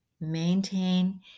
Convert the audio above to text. maintain